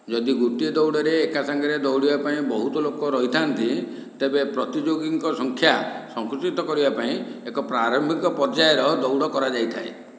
ଯଦି ଗୋଟିଏ ଦୌଡ଼ରେ ଏକାସାଙ୍ଗରେ ଦୌଡ଼ିବା ପାଇଁ ବହୁତ ଲୋକ ରହିଥାନ୍ତି ତେବେ ପ୍ରତିଯୋଗୀଙ୍କ ସଂଖ୍ୟା ସଙ୍କୁଚିତ କରିବା ପାଇଁ ଏକ ପ୍ରାରମ୍ଭିକ ପର୍ଯ୍ୟାୟର ଦୌଡ଼ କରାଯାଇଥାଏ